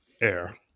air